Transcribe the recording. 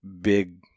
big